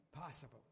possible